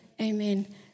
Amen